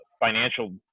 financial